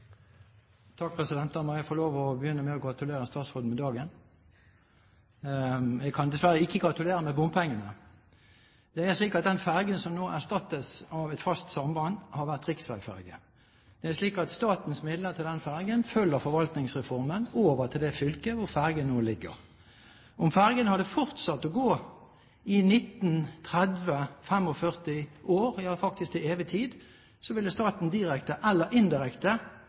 Da må jeg få lov å begynne med å gratulere statsråden med dagen. Jeg kan dessverre ikke gratulere med bompengene. Det er slik at den fergen som nå erstattes av et fast samband, har vært riksveiferge. Det er slik at statens midler til den fergen følger, etter Forvaltningsreformen, med over til det fylket hvor fergen nå ligger. Om fergen hadde fortsatt å gå i 19–30–45 år, ja, faktisk til evig tid, ville staten direkte eller indirekte